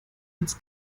ins